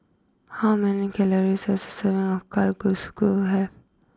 how many calories does a serving of Kalguksu have